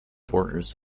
borders